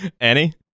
Annie